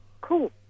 cool